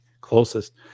closest